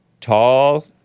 tall